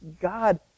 God